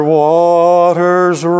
waters